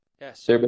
Yes